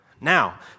Now